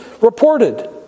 reported